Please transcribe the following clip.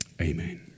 Amen